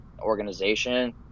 organization